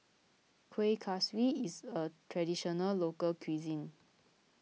Kueh Kaswi is a Traditional Local Cuisine